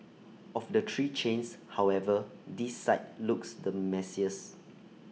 of the three chains however this site looks the messiest